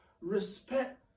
respect